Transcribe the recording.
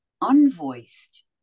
unvoiced